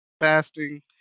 fasting